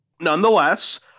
nonetheless